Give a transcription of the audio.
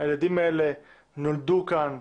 הילדים האלה נולדו כאן,